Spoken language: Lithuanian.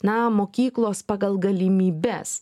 na mokyklos pagal galimybes